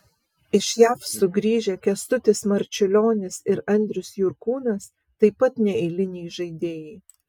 iš jav sugrįžę kęstutis marčiulionis ir andrius jurkūnas taip pat neeiliniai žaidėjai